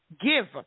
Give